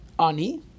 ani